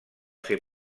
ser